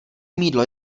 mýdlo